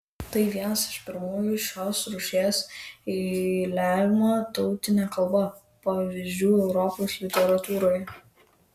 tai vienas iš pirmųjų šios rūšies eiliavimo tautine kalba pavyzdžių europos literatūroje